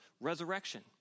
resurrection